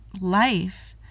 life